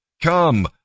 Come